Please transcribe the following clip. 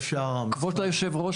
כבוד היושב-ראש,